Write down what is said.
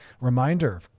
Reminder